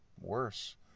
worse